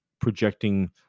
projecting